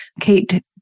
Kate